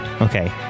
Okay